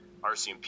RCMP